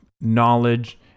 knowledge